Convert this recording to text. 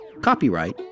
Copyright